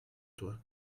toi